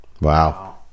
Wow